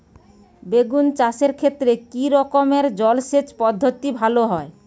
বেগুন চাষের ক্ষেত্রে কি রকমের জলসেচ পদ্ধতি ভালো হয়?